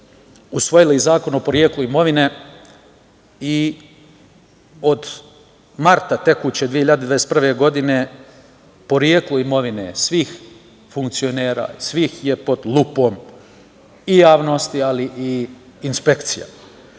usvojila i Zakon o poreklu imovine i od marta tekuće 2021. godine poreklo imovine svih funkcionera je pod lupom javnosti i inspekcija. Ko